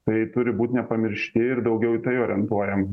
tai turi būt nepamiršti ir daugiau į tai orientuojam